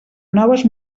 noves